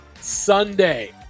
Sunday